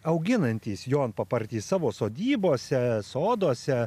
auginantys jonpapartį savo sodybose soduose